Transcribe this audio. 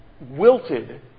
wilted